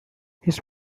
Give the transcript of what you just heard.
his